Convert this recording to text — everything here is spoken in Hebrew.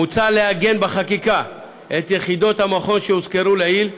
מוצע לעגן בחקיקה את יחידות המכון שהוזכרו לעיל,